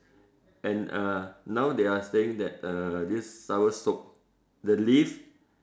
then uh now they are saying that uh this soursop the leaf